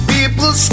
People